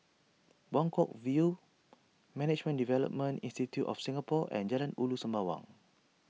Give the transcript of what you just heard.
Buangkok View Management Development Institute of Singapore and Jalan Ulu Sembawang